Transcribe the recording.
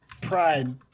pride